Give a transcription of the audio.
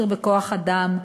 ומהחוסר בכוח-אדם,